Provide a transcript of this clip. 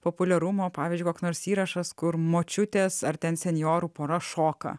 populiarumo pavyzdžiui koks nors įrašas kur močiutės ar ten senjorų pora šoka